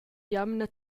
jamna